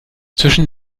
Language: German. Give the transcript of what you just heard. zwischen